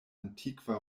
antikva